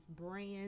brand